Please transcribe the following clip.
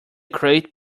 crate